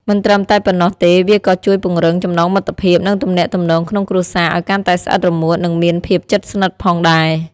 មិនត្រឹមតែប៉ុណ្ណោះទេវាក៏ជួយពង្រឹង ចំណងមិត្តភាព និងទំនាក់ទំនងក្នុងគ្រួសារ ឱ្យកាន់តែស្អិតរមួតនឹងមានភាពជិតស្និតផងដែរ ។